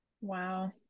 Wow